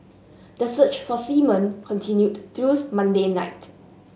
the search for seamen continued through Monday night